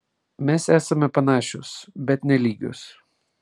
mes esame panašios bet ne lygios